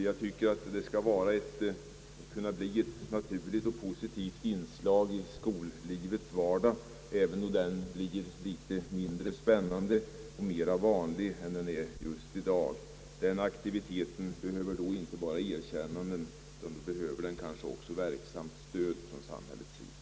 Jag hoppas att detta skall kunna bli ett naturligt och positivt inslag i skollivets vardag, även om denna blir litet mindre spännande och oviss än den är just i dag. Denna aktivitet behöver då inte bara få erkännanden utan också verksamt stöd från samhällets sida.